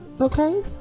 okay